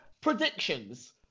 predictions